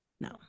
No